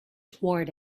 toward